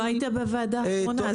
לא היית בוועדה האחרונה.